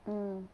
mm